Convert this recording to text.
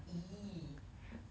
!ee!